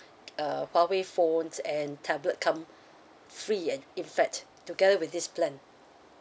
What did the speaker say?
uh Huawei phones and tablet come free and in fact together with this plan